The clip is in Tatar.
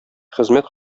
хезмәт